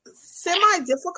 Semi-difficult